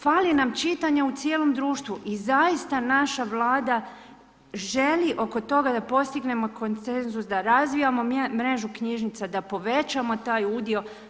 Fali nam čitanja u cijelom društvu i zaista naša Vlada želi oko toga da postignemo konsenzus, da razvijamo mrežu knjižnica, da povećamo taj udio.